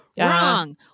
Wrong